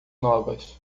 novas